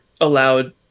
allowed